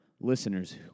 listeners